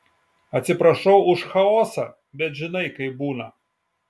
atsiprašau už chaosą bet žinai kaip būna